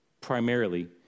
primarily